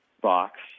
box